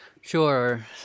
Sure